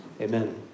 Amen